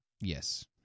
Yes